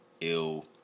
ill